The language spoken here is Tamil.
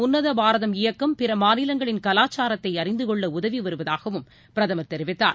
உன்னத பாரதம் இயக்கம் பிற மாநிலங்களின் கலாச்சாரத்தை அறிந்து கொள்ள உதவி வருவதாகவும் பிரதமர் தெரிவித்தார்